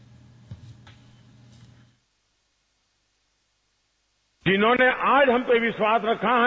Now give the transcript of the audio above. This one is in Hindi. बाइट जिन्होंने आज हम पर विश्वास रखा है